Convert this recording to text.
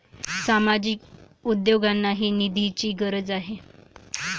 सामाजिक उद्योगांनाही निधीची गरज आहे